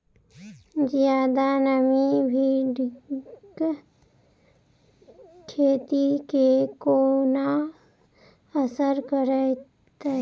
जियादा नमी भिंडीक खेती केँ कोना असर करतै?